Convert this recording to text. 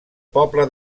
poble